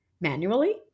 manually